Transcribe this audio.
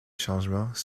changements